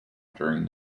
during